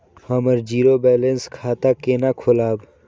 हम zero balance खाता केना खोलाब?